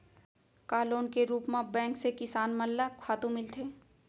का लोन के रूप मा बैंक से किसान मन ला खातू मिलथे?